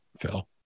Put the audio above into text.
Phil